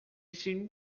seemed